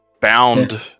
bound